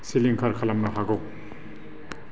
सिलिंखार खालामनो हागौ